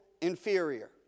inferior